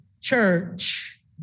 church